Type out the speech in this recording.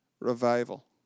revival